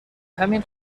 همین